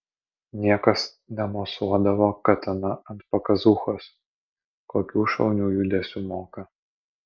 niekas nemosuodavo katana ant pakazūchos kokių šaunių judesių moka